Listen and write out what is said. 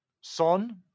Son